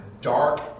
dark